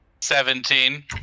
Seventeen